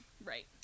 right